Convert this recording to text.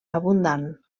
abundant